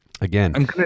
again